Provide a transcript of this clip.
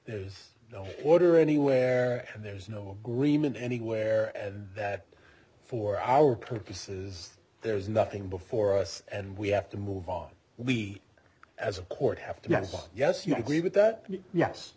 there's no order anywhere and there's no agreement anywhere and that for our purposes there's nothing before us and we have to move on we as a court have to get to yes you agree with that yes